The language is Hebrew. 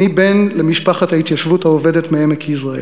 אני בן למשפחת ההתיישבות העובדת מעמק יזרעאל.